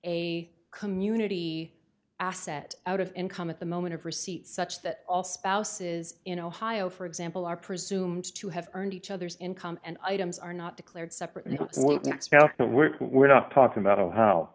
a community asset out of income at the moment of receipt such that all spouses in ohio for example are presumed to have earned each other's income and items are not declared separately that work we're not talking about o